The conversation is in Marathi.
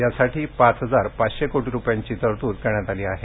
यासाठी पाच हजार पाचशे कोटी रुपयांची तरतूद करण्यात आली आहे